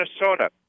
Minnesota